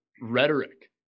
rhetoric